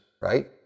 right